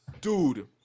Dude